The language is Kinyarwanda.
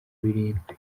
birindwi